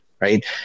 right